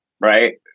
right